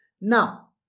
Now